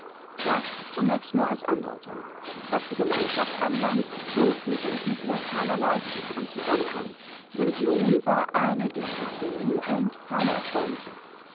das zunächst nur als andeutung was die gemeinschaft anlangt so fühlte ich mit ihr keinerlei tieferen zusammenhang religion war eine disziplin und keine erfreuliche